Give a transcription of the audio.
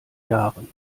jahren